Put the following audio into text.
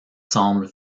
semble